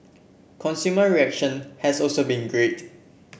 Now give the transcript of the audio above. consumer reaction has also been great